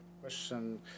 question